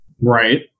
Right